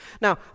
Now